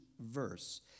verse